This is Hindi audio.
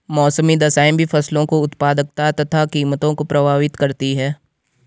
मौसमी दशाएं भी फसलों की उत्पादकता तथा कीमतों को प्रभावित करती है